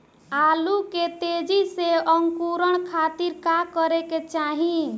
आलू के तेजी से अंकूरण खातीर का करे के चाही?